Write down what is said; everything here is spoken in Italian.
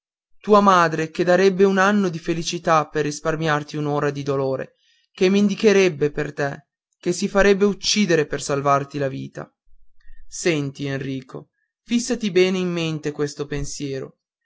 tua madre che darebbe un anno di felicità per risparmiarti un'ora di dolore che mendicherebbe per te che si farebbe uccidere per salvarti la vita senti enrico fissati bene in mente questo pensiero